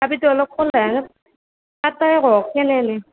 আপিটো অলপ ক'লা হেন পাতলায়ে কক কেনে এনে